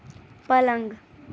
પલંગ